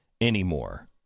anymore